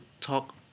talk